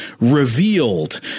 revealed